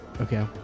Okay